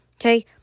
okay